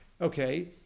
okay